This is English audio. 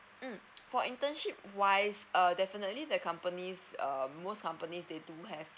mm for internship wise err definitely the companies um most companies they do have